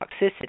toxicity